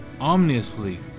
ominously